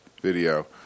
video